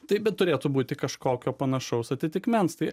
taip bet turėtų būti kažkokio panašaus atitikmens tai